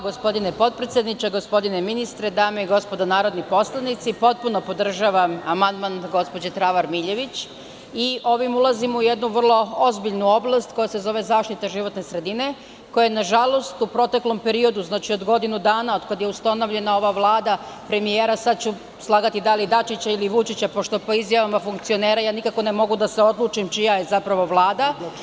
Gospodine potpredsedniče, gospodine ministre, dame i gospodo narodni poslanici, potpuno podržavam amandman gospođe Travar Miljević i ovim ulazim u jednu vrlo ozbiljnu oblast koja se zove zaštita životne sredine, koja je nažalost u proteklom periodu, od godinu dana od kada je ustanovljena ova Vlada premijera, slagaću da li Dačića ili Vučića, pošto po izjavama funkcionera nikako ne mogu da odlučim čija je Vlada.